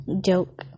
Joke